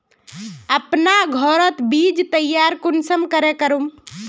अपना घोरोत बीज तैयार कुंसम करे करूम?